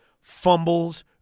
fumbles